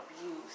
abuse